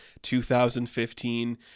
2015